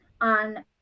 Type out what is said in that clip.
on